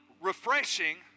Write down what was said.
refreshing